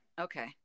Okay